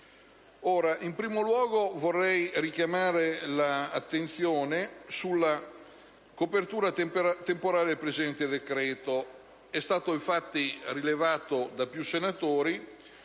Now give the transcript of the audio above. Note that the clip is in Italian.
In primo luogo, vorrei richiamare l'attenzione sulla copertura temporanea del presente decreto. È stato infatti rilevato da più senatori